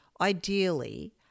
ideally